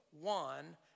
one